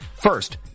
First